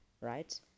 right